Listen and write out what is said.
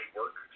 work